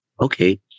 okay